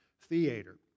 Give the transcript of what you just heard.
Theater